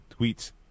tweets